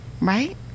Right